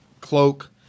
cloak